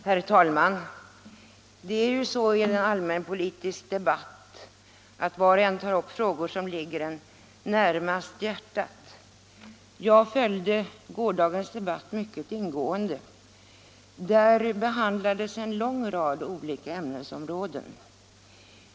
Herr talman! Det är ju så i en allmänpolitisk debatt att var och en tar upp frågor som ligger en närmast hjärtat. Jag följde gårdagens debatt mycket ingående. Där behandlades en lång rad olika ämnesområden.